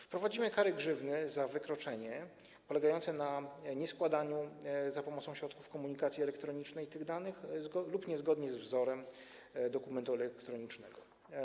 Wprowadzimy kary grzywny za wykroczenie polegające na nieskładaniu za pomocą środków komunikacji elektronicznej tych danych lub niezgodnie z wzorem dokumentu elektronicznego.